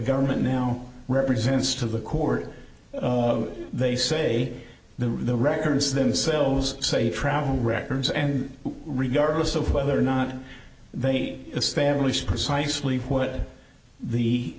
government now represents to the court of the they say the records themselves say travel records and regardless of whether or not they establish precisely what the